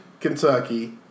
Kentucky